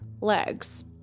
legs